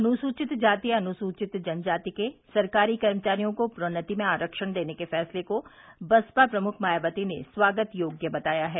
अनुसूचित जाति अनुसूचित जनजाति के सरकारी कर्मचारियों को प्रोन्नति में आरक्षण देने के फैसले को बसपा प्रमुख मायावती ने स्वागत योग्य बताया है